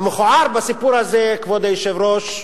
המכוער בסיפור הזה, אדוני היושב-ראש,